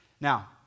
Now